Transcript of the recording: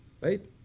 right